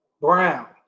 Brown